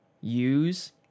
use